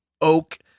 oak